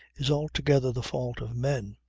is altogether the fault of men.